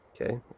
okay